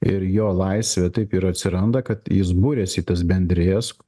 ir jo laisvė taip ir atsiranda kad jis buriasi į tas bendrijas